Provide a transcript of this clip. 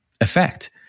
effect